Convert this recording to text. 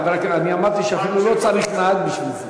אמרתי שאפילו לא צריך נהג בשביל זה.